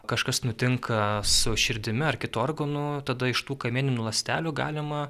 kažkas nutinka su širdimi ar kitu organu tada iš tų kamieninių ląstelių galima